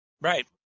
Right